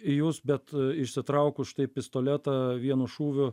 į jus bet išsitraukus štai pistoletą vienu šūviu